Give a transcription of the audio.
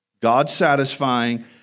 God-satisfying